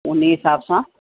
उने हिसाब सां